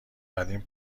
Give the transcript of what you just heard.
قدیم